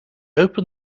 opened